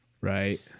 Right